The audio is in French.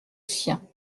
sien